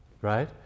right